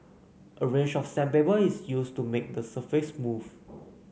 a range of sandpaper is used to make the surface smooth